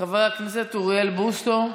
חבר הכנסת אוריאל בוסו,